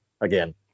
again